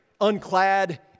unclad